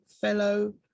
fellow